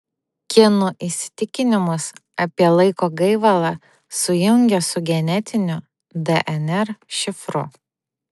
kinų įsitikinimus apie laiko gaivalą sujungė su genetiniu dnr šifru